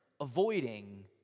avoiding